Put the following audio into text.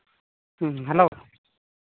ᱦᱮᱸ ᱦᱮᱞᱳ